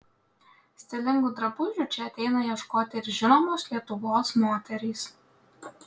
stilingų drabužių čia ateina ieškoti ir žinomos lietuvos moterys